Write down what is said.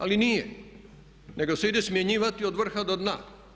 Ali nije, nego se ide smjenjivati od vrha do dna.